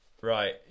Right